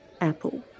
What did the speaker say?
apple